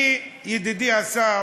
אני, ידידי השר,